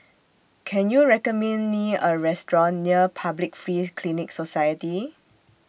Can YOU recommend Me A Restaurant near Public Free Clinic Society